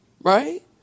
right